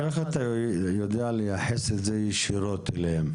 איך אתה יודע לייחס את זה ישירות אליהם?